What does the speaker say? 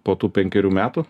po tų penkerių metų